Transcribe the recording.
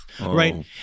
Right